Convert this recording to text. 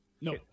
No